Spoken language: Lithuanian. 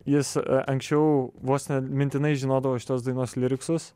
jis anksčiau vos ne mintinai žinodavo šitos dainos liriksus